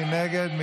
מי נגד?